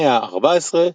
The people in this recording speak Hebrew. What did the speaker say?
מאה 14,